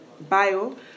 bio